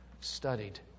studied